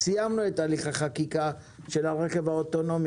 סיימנו את הליך החקיקה של הרכב האוטונומי.